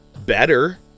better